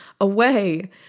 away